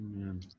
amen